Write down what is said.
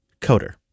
coder